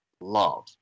love